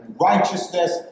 righteousness